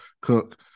Cook